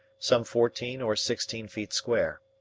some fourteen or sixteen feet square.